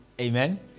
Amen